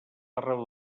arreu